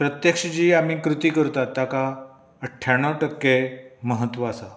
प्रत्यक्ष जी आमी कृती करतात ताका अठ्ठ्याणव टक्के म्हत्व आसा